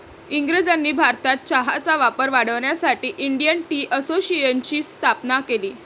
इंग्रजांनी भारतात चहाचा वापर वाढवण्यासाठी इंडियन टी असोसिएशनची स्थापना केली